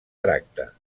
tracta